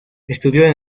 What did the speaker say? estudió